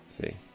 See